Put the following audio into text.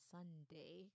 Sunday